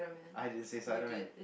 I didn't say Spiderman